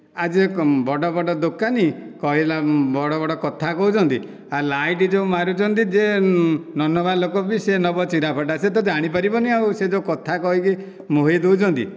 ଆଉ ଯିଏ ବଡ଼ ବଡ଼ ଦୋକାନୀ କହିଲା ବଡ଼ ବଡ଼ କଥା କହୁଛନ୍ତି ଆଉ ଲାଇଟ୍ ଯେଉଁ ମାରୁଛନ୍ତି ଯେ ନ ନେବା ଲୋକ ବି ସେ ନେବ ଚିରା ଫଟା ସେ ତ ଜାଣି ପାରିବନି ଆଉ ସେ ଯେଉଁ କଥା କହିକି ମୋହି ଦେଉଛନ୍ତି